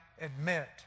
admit